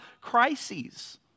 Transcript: crises